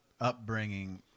upbringing